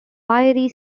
wiry